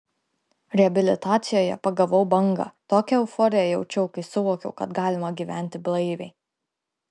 reabilitacijoje pagavau bangą tokią euforiją jaučiau kai suvokiau kad galima gyventi blaiviai